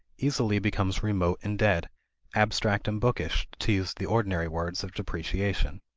easily becomes remote and dead abstract and bookish, to use the ordinary words of depreciation.